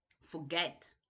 forget